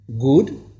good